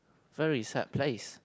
very sad place